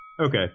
Okay